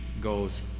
goes